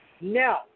Now